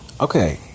Okay